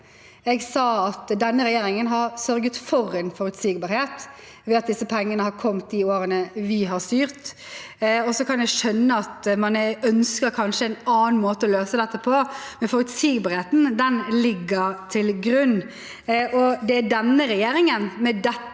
Jeg sa at denne regjeringen har sørget for en forutsigbarhet ved at disse pengene har kommet de årene vi har styrt. Jeg kan skjønne at man kanskje ønsker en annen måte å løse dette på, men forutsigbarheten ligger til grunn. Det er denne regjeringen – med dette